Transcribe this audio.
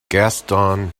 gaston